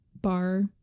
bar